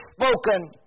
spoken